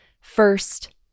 First